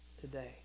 today